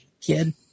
kid